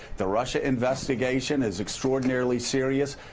the russia investigation is extraordinarily serious.